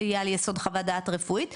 זה יהיה על יסוד חוות דעת רפואית,